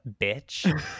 bitch